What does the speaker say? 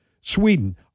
Sweden